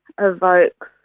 evokes